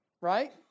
right